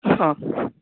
હા